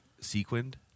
sequined